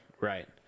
right